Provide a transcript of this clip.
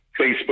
Facebook